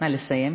נא לסיים.